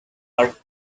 her